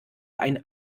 ein